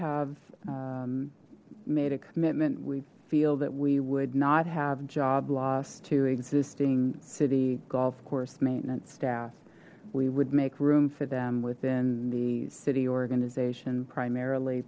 have made a commitment we feel that we would not have job loss to existing city golf course maintenance staff we would make room for them within the city organization primarily